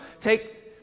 take